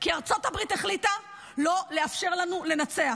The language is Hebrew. כי ארצות הברית החליטה לא לאפשר לנו לנצח,